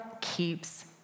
keeps